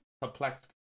complex